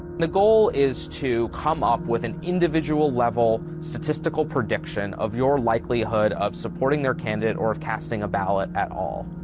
the goal is to come up with an individual level statistical prediction of your likelihood of supporting their candidate or of casting a ballot at all.